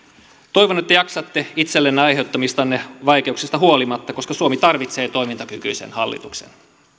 toivon että jaksatte itsellenne aiheuttamistanne vaikeuksista huolimatta koska suomi tarvitsee toimintakykyisen hallituksen